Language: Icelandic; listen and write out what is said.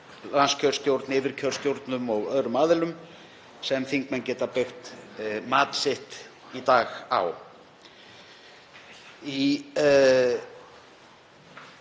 landskjörstjórn, yfirkjörstjórnum og öðrum aðilum, sem þingmenn geta byggt mat sitt í dag á.